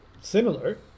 similar